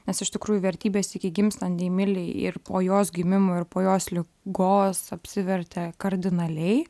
nes iš tikrųjų vertybės iki gimstant deimilei ir po jos gimimo ir po jos li gos apsivertė kardinaliai